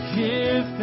give